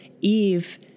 Eve